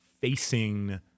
facing